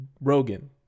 Rogan